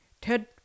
Ted